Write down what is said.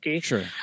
Sure